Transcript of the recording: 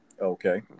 Okay